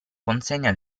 consegna